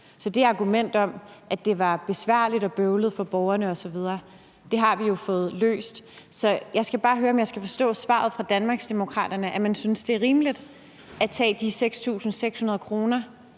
til det argument om, at det var besværligt og bøvlet for borgerne osv., har vi jo fået det løst. Så jeg skal bare høre, om jeg skal forstå svaret fra Danmarksdemokraterne sådan, at man synes, det er rimeligt at tage de 6.600 kr. fra